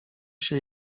się